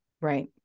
Right